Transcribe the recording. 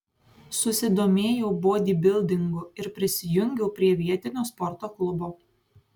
susidomėjau bodybildingu ir prisijungiau prie vietinio sporto klubo